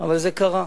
אבל זה קרה.